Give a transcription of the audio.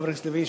חבר הכנסת לוין,